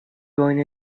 going